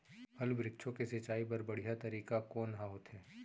फल, वृक्षों के सिंचाई बर बढ़िया तरीका कोन ह होथे?